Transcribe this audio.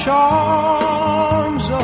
Charms